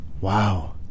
Wow